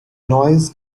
noise